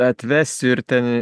atvesiu ir ten